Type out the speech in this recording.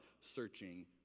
searching